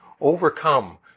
overcome